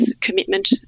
commitment